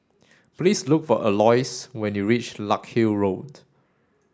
please look for Alois when you reach Larkhill Road